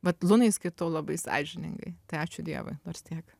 vat lunai skaitau labai sąžiningai tai ačiū dievui nors tiek